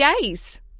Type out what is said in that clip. days